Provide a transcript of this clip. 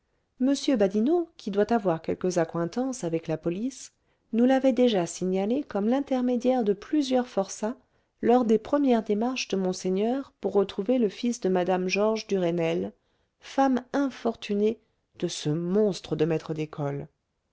m badinot qui doit avoir quelques accointances avec la police nous l'avait déjà signalé comme l'intermédiaire de plusieurs forçats lors des premières démarches de monseigneur pour retrouver le fils de mme georges duresnel femme infortunée de ce monstre de maître d'école